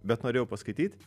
bet norėjau paskaityt